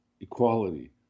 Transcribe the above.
equality